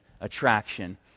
attraction